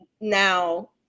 now